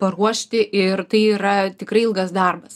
paruošti ir tai yra tikrai ilgas darbas